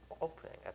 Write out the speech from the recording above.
opening